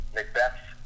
Macbeth